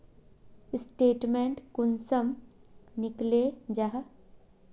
Statement कुंसम निकले जाहा?